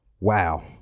Wow